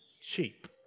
cheap